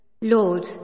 Lord